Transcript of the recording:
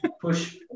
push